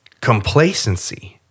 complacency